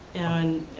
and,